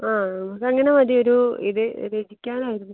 ആ അതങ്ങനെ മതി ഒരു ഇത് ഇരിക്കാനായിരുന്നു